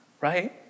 right